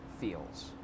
feels